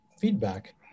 feedback